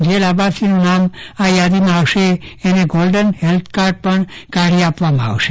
જે લાભાર્થીનું નામ આ યાદીમાં હશે એને ગોલ્ડન હેલ્થકાર્ડ પણ કાઢી આપવામાં આવશે